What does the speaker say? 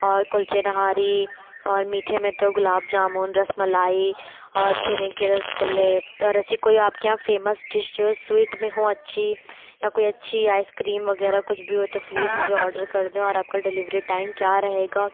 اور کلچے نہاری اور میٹھے میں تو گلاب جامن رس ملائی اور چھینے کے رس گلے اور ایسی کوئی آپ کے یہاں فیمس ڈش جو ہے سویٹ میں ہو اچھی یا کوئی اچھی آئس کریم وغیرہ کچھ بھی ہو تو پلیز مجھے آرڈر کر دیں اور آپ کا ڈیلیوری ٹائم کیا رہے گا